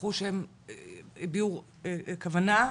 שדיווחו שהם הביעו כוונה?